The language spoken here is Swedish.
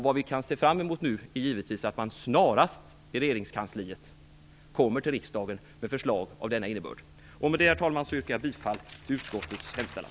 Vad vi nu kan se fram emot är givetvis att man i regeringskansliet snarast kommer till riksdagen med förslag av denna innebörd. Herr talman! Med det anförda yrkar jag bifall till utskottets hemställan.